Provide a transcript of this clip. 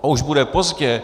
Už bude pozdě.